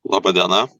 laba diena